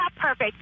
perfect